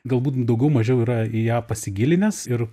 galbūt daugiau mažiau yra į ją pasigilinęs ir